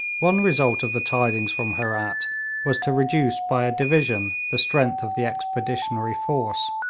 one result of the tidings from herat was to reduce by a division the strength of the expeditionary force.